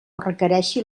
requereixi